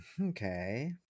Okay